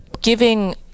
giving